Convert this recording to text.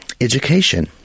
Education